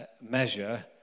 measure